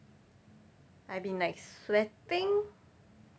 I've been like sweating